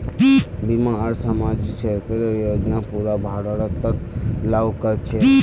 बीमा आर सामाजिक क्षेतरेर योजना पूरा भारतत लागू क र छेक